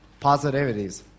positivities